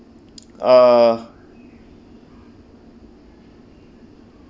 uh